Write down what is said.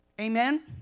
Amen